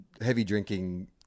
heavy-drinking